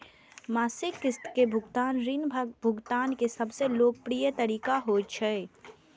मासिक किस्त के भुगतान ऋण भुगतान के सबसं लोकप्रिय तरीका होइ छै